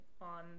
on